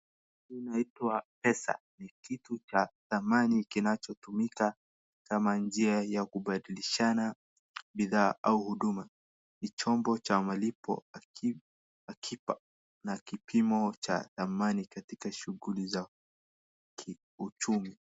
Hii inaitwa pesa. Ni kitu cha dhamani kinachotumika kama njia ya kubadilishana bidhaa au huduma. Ni chombo cha malipo akiba na kipimo cha dhamani katika shughuli za kiuchumi.